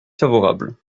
favorable